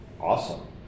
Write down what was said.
Awesome